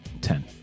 ten